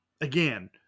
again